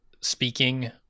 speaking